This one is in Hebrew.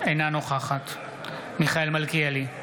אינה נוכחת מיכאל מלכיאלי,